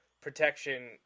protection